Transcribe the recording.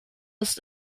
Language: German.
ist